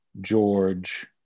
George